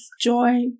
joy